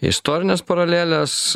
istorinės paralelės